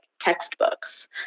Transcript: textbooks